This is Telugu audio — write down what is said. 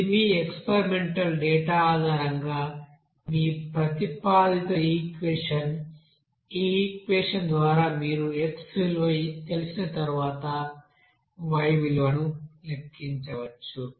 ఇది మీ ఎక్స్పెరిమెంటల్ డేటా ఆధారంగా మీ ప్రతిపాదిత ఈక్వెషన్ ఈ ఈక్వెషన్ ద్వారా మీరు x విలువ తెలిసిన తర్వాత y విలువను లెక్కించవచ్చు